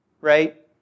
right